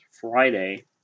Friday